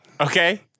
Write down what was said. Okay